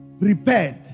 prepared